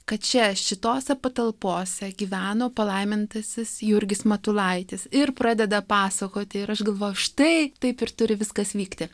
kad čia šitose patalpose gyveno palaimintasis jurgis matulaitis ir pradeda pasakoti ir aš galvoju štai taip ir turi viskas vykti